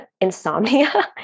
insomnia